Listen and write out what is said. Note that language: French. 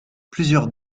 plusieurs